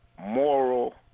moral